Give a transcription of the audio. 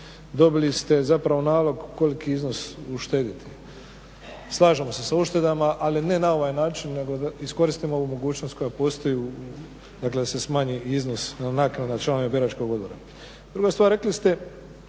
dobili nalog koliki iznos uštediti. Slažemo se sa uštedama ali ne na ovaj način nego da iskoristimo ovu mogućnost koja postoji da se smanji iznos, naknada članova biračkog odbora. Druga stvar, rekli ste